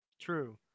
true